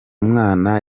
mwana